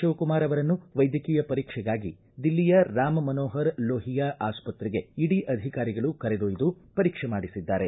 ಶಿವಕುಮಾರ್ ಅವರನ್ನು ವೈದ್ಯಕೀಯ ಪರೀಕ್ಷೆಗಾಗಿ ದಿಲ್ಲಿಯ ರಾಮಮನೋಹರ ಲೋಹಿಯಾ ಆಸ್ಷತ್ರೆಗೆ ಇಡಿ ಅಧಿಕಾರಿಗಳು ಕರೆದೊಯ್ದು ಪರೀಕ್ಷೆ ಮಾಡಿಸಿದ್ದಾರೆ